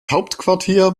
hauptquartier